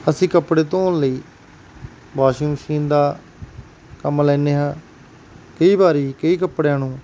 ਅਸੀਂ ਕੱਪੜੇ ਧੋਣ ਲਈ ਵਾਸ਼ਿੰਗ ਮਸ਼ੀਨ ਦਾ ਕੰਮ ਲੈਂਦੇ ਹਾਂ ਕਈ ਵਾਰ ਕਈ ਕੱਪੜਿਆਂ ਨੂੰ